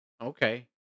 Okay